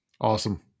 Awesome